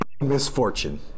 misfortune